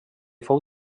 fou